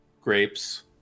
Grapes